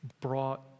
Brought